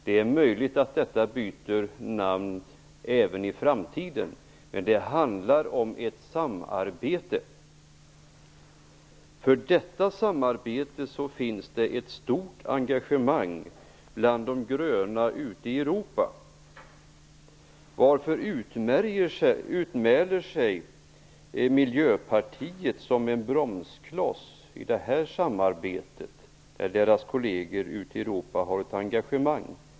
Det är möjligt att det byter namn även i framtiden. Men det handlar om ett samarbete. För detta samarbete finns det ett stort engagemang bland de gröna ute i Europa. Varför utmäler sig miljöpartiet som en bromskloss i detta samarbete, där deras kolleger ute i Europa har ett engagemang?